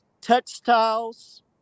textiles